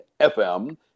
FM